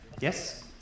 Yes